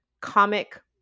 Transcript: comic